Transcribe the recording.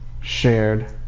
shared